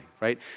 right